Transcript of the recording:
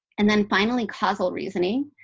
and then finally causal reasoning,